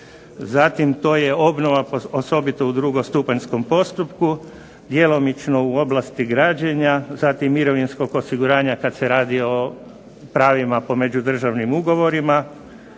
Zatim, to je obnova osobito u drugostupanjskom postupku, djelomično u oblasti građenja, zatim mirovinskog osiguranja kad se radi o pravima po međudržavnim ugovorima.